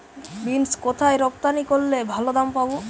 Beans কোথায় রপ্তানি করলে ভালো দাম পাব?